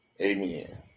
Amen